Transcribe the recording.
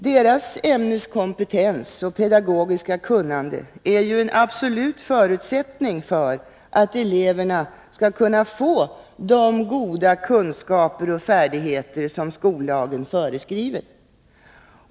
Deras ämneskompetens och pedagogiska kunnande är ju en absolut förutsättning för att eleverna skall kunna få de goda kunskaper och färdigheter som skollagen föreskriver.